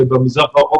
במזרח הרחוק,